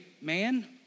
man